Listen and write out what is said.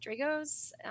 Drago's